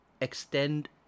extend